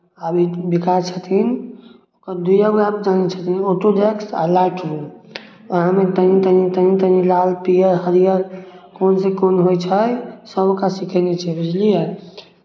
आ ई विकास छथिन ओ दूए गो ऐप जानै छथिन ऑटोडेस्क आ लाइट रूम उएहमे तनी तनी लाल पीयर हरियर कोनसँ कोन होइ छै सभ ओकरा सिखयने छै बुझलियै